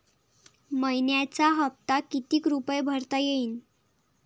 मइन्याचा हप्ता कितीक रुपये भरता येईल?